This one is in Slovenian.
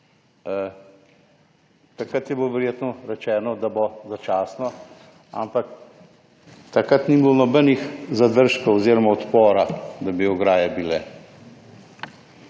Takrat je bilo verjetno rečeno, da bo začasno, ampak takrat ni bilo nobenih zadržkov oziroma odpora, da bi ograje bile.